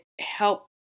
help